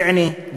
אל-בענה,